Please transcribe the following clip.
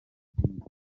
byinshi